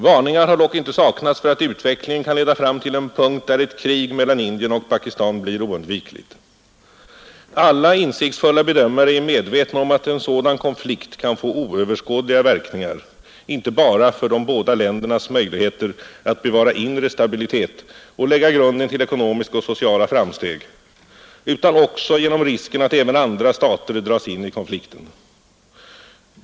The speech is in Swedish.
Varningar har dock inte saknats för att utvecklingen kan leda fram till en punkt, där ett krig mellan Indien och Pakistan blir oundvikligt. Alla insiktsfulla bedömare är medvetna om att en sådan konflikt kan få oöverskådliga verkningar, inte bara för de båda ländernas möjligheter att bevara inre stabilitet och lägga grunden till ekonomiska och sociala framsteg, utan också genom risken att även andra stater dras in i konflikten.